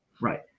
right